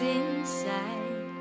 inside